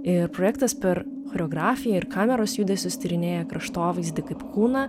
ir projektas per choreografiją ir kameros judesius tyrinėja kraštovaizdį kaip kūną